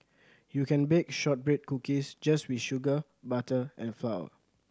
you can bake shortbread cookies just with sugar butter and flour